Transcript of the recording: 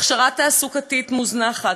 ההכשרה התעסוקתית מוזנחת,